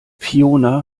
fiona